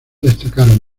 destacaron